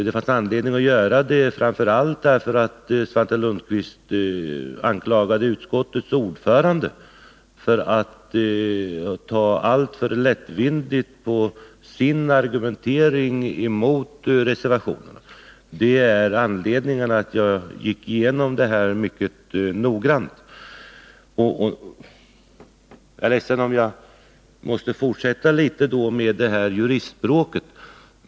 Det fanns anledning att göra denna genomgång, framför allt därför att Svante Lundkvist anklagade utskottets ordförande för att vara alltför lättvindig i sin argumentering mot reservationen. Det är skälen till att jag gick igenom detta mycket noggrant. Jag är ledsen om jag måste fortsätta med juristspråket.